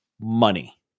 money